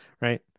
Right